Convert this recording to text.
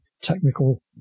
technical